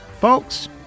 Folks